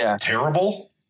terrible